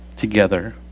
together